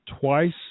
twice